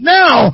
now